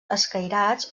escairats